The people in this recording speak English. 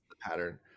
pattern